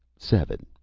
seven.